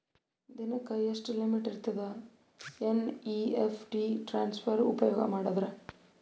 ದಿನಕ್ಕ ಎಷ್ಟ ಲಿಮಿಟ್ ಇರತದ ಎನ್.ಇ.ಎಫ್.ಟಿ ಟ್ರಾನ್ಸಫರ್ ಉಪಯೋಗ ಮಾಡಿದರ?